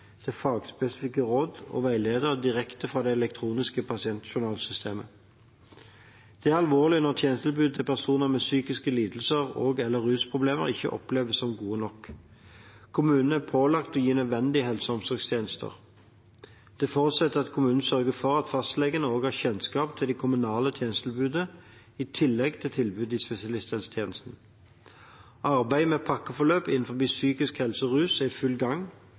til fagspesifikke råd og veileder direkte fra det elektroniske pasientjournalsystemet. Det er alvorlig når tjenestetilbudet til personer med psykiske lidelser og/eller rusproblemer ikke oppleves som gode nok. Kommunene er pålagt å gi nødvendige helse- og omsorgstjenester. Det forutsetter at kommunen sørger for at fastlegene også har kjennskap til det kommunale tjenestetilbudet i tillegg til tilbudet i spesialisthelsetjenesten. Arbeidet med pakkeforløp innen psykisk helse og rus er i full gang,